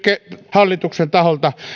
hallituksen taholta